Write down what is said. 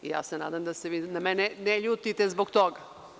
Ja se nadam da se vi na mene ne ljutite zbog toga.